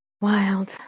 Wild